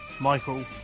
Michael